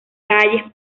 calles